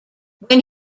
when